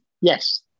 yes